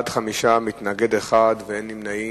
בעד, 5, מתנגד אחד, ואין נמנעים.